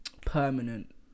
Permanent